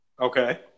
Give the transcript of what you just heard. Okay